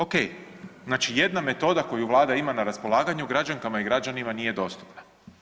Okej, znači jedna metoda koju Vlada ima na raspolaganju građankama i građanima nije dostupna.